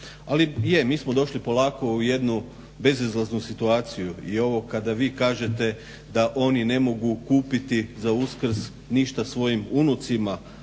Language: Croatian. Ali je, mi smo došli polako u jednu bezizlaznu situaciju i ovo kada vi kažete da oni ne mogu kupiti za Uskrs svojim unucima